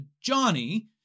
Johnny